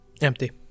Empty